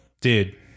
Dude